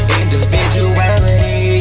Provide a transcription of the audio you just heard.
individuality